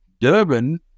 Durban